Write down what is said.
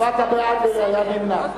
הצבעת בעד והיה נמנע.